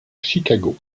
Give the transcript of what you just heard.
chicago